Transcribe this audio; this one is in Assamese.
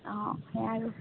অঁ সেয়া আৰু